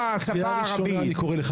קריאה ראשונה אני קורא לך,